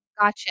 Gotcha